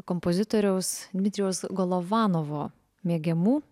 kompozitoriaus dmitrijaus golovanovo mėgiamų